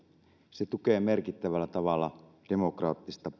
se tukee merkittävällä tavalla demokraattista